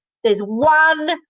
there's one,